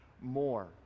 more